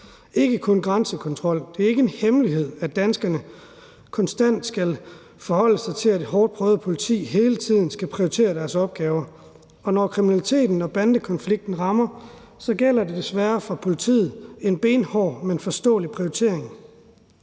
ikke kun grænsekontrol. Det er ikke en hemmelighed, at danskerne konstant skal forholde sig til, at et hårdt prøvet politi hele tiden skal prioritere deres opgaver, og når kriminaliteten og bandekonflikten rammer, gælder det desværre for politiet, at de må lave en benhård, men forståelig prioritering.